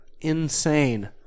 insane